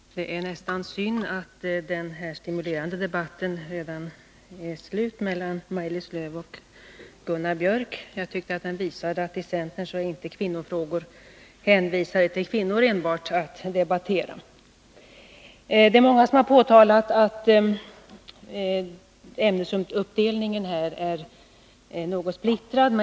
Herr talman! Det är nästan synd att den här stimulerande debatten mellan Maj-Lis Lööw och Gunnar Björk i Gävle redan är slut. Jag tycker den visade att inom centern debatteras kvinnofrågor inte enbart av kvinnor. Det är många som har påtalat att ämnesuppdelningen i den här debatten är något splittrad.